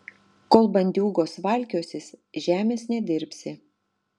kol bandiūgos valkiosis žemės nedirbsi